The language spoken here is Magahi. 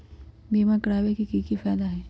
बीमा करबाबे के कि कि फायदा हई?